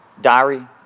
diary